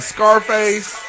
Scarface